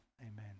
Amen